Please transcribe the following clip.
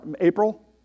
April